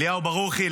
אליהו ברוכי,